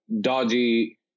dodgy